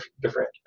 different